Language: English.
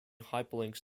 hyperlinks